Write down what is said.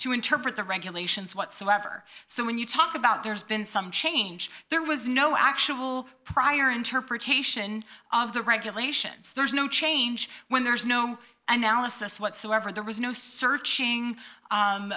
to interpret the regulations whatsoever so when you talk about there's been some change there was no actual prior interpretation of the regulations there's no change when there's no analysis whatsoever there was no searching